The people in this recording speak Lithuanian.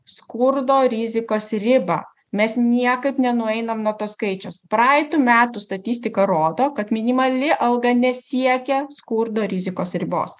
skurdo rizikos ribą mes niekad nenueinam nuo to skaičiaus praeitų metų statistika rodo kad minimali alga nesiekia skurdo rizikos ribos